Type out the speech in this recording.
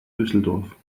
düsseldorf